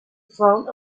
front